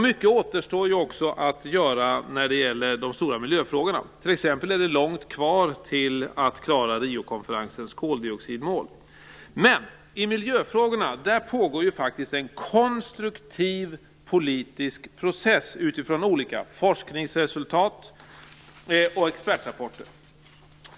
Mycket återstår också att göra när det gäller de stora miljöfrågorna. Det är t.ex. långt kvar till att klara Riokonferensens koldioxidmål. Men i miljöfrågorna pågår faktiskt en konstruktiv politisk process utifrån olika forskningsresultat och expertrapporter.